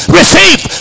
receive